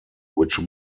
which